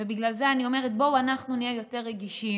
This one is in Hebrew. ובגלל זה אני אומרת: בואו אנחנו נהיה יותר רגישים,